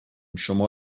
شما